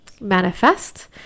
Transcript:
manifest